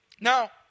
Now